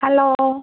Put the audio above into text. hello